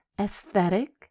aesthetic